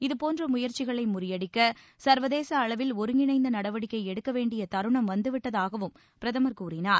இதபோன்ற முயற்சிகளை முறியடிக்க சர்வதேச அளவில் ஒருங்கிணைந்த நடவடிக்கை எடுக்க வேண்டிய தருணம் வந்துவிட்டதாகவும் பிரதமர் கூறினார்